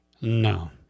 No